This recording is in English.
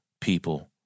people